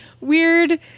weird